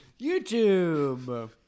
YouTube